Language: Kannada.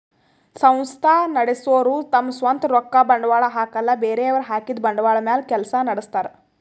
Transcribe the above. ಸಂಸ್ಥಾ ನಡಸೋರು ತಮ್ ಸ್ವಂತ್ ರೊಕ್ಕ ಬಂಡ್ವಾಳ್ ಹಾಕಲ್ಲ ಬೇರೆಯವ್ರ್ ಹಾಕಿದ್ದ ಬಂಡ್ವಾಳ್ ಮ್ಯಾಲ್ ಕೆಲ್ಸ ನಡಸ್ತಾರ್